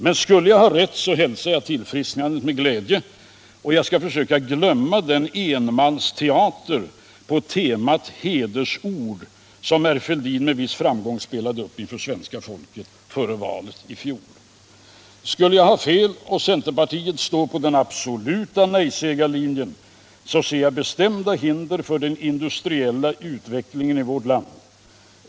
Men skulle jag ha rätt hälsar jag tillfrisknandet med glädje. Och jag skall försöka glömma den enmansteater på temat ”hedersord” som herr Fälldin med viss framgång spelade upp inför svenska folket före valet i fjol. Skulle jag ha fel och centerpartiet står på den absoluta nejsägarlinjen ser jag bestämda hinder för den industriella utvecklingen i vårt land.